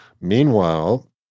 Meanwhile